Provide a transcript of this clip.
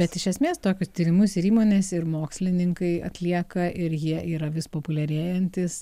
bet iš esmės tokius tyrimus ir įmonės ir mokslininkai atlieka ir jie yra vis populiarėjantys